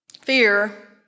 Fear